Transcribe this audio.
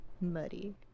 muddy